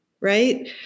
right